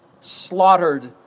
slaughtered